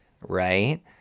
right